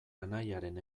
anaiaren